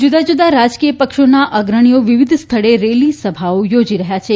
જુદા જુદા રાજકીય પક્ષોના અગ્રણીઓ વિવિધ સ્થળે રેલી સભાઓ યોજી રહ્યાં છે